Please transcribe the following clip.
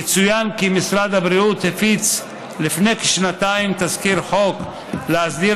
יצוין כי משרד הבריאות הפיץ לפני כשנתיים תזכיר חוק להסדיר